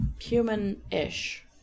Human-ish